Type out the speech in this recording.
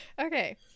okay